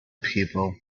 people